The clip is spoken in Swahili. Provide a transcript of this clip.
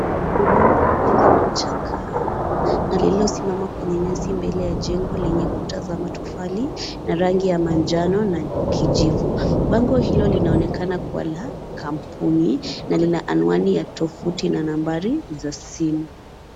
Ni bango lililochakaa na lililosimama kwenye nyasi mbele ya jengo lenye kuta za matofali na rangi ya manjano na kijivu. Bango hilo linaonekana kuwa la kampuni na lina anwani ya tovuti na nambari za simu.